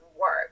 work